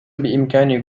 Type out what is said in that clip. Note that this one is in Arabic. بإمكان